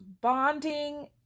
bonding